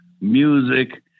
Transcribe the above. music